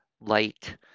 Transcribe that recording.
Light